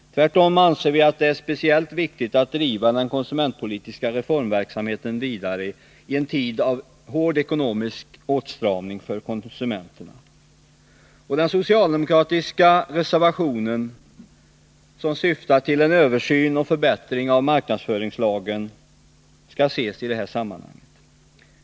Tvärtom anser vi att det är speciellt viktigt att i en tid av hård ekonomisk åtstramning för konsumenterna driva den konsumentpolitiska reformverksamheten vidare. Den socialdemokratiska reservationen, som syftar till en översyn och en förbättring av marknadsföringslagen, skall ses i det sammanhanget.